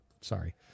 sorry